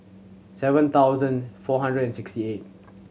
seven thousand four hundred and sixty eight